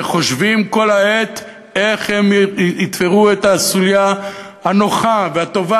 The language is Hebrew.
שחושבים כל העת איך הם יתפרו את הסוליה הנוחה והטובה